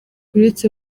uretse